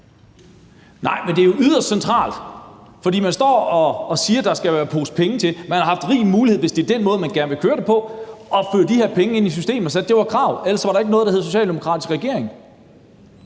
Nej, men det er jo yderst centralt, for man står og siger, at der skal en pose penge til. Man har haft rig mulighed for, hvis det er den måde, man gerne vil køre det på, at føre de her penge ind i systemet og sige, at det er et krav, og at der ellers ikke var noget, der hed en socialdemokratisk regering.